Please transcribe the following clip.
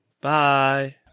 Bye